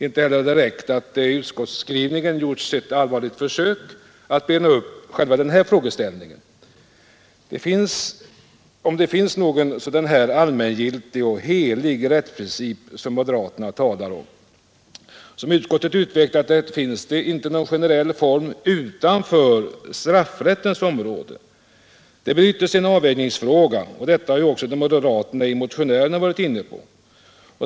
Inte heller har det varit tillräckligt att det i utskottsskrivningen gjorts ett allvarligt försök att bena upp själva den här frågeställningen om det finns någon allmängiltig och helig rättsprincip som moderaterna talar om. Såsom utskottet utvecklat det finns det inte någon generell form utanför straffrättens område. Det blir ytterst en avvägningsfråga, och detta har också de moderata motionärerna varit inne på.